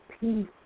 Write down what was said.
peace